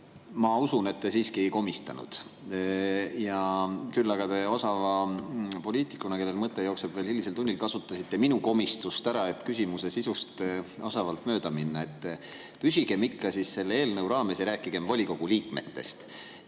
Ma usun, et te siiski ei komistanud. Küll aga te osava poliitikuna, kellel mõte jookseb veel hilisel tunnil, kasutasite minu komistust ära, et küsimuse sisust osavalt mööda minna. Püsigem ikka selle eelnõu raames ja rääkigem volikogu liikmetest! Minu